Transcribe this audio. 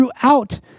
throughout